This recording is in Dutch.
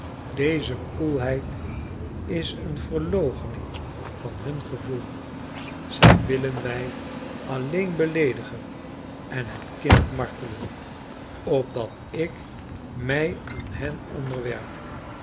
deze koelheid is een verloochening van hun gevoel zij willen mij alleen beleedigen en het kind martelen opdat ik mij aan hen onderwerp